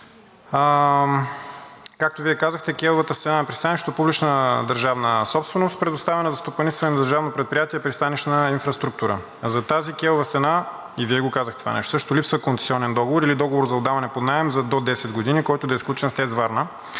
Както Вие казахте, кейовата стена на пристанището е публична държавна собственост, предоставена за стопанисване на Държавно предприятие „Пристанищна инфраструктура“. За тази кейова стена, и Вие също го казахте това, липсва концесионен договор или договор за отдаване под наем за до 10 години, който да е сключен с ТЕЦ Варна